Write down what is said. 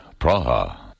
Praha